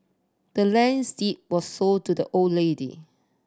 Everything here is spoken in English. the land's deed was sold to the old lady